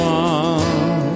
one